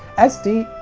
sd